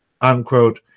unquote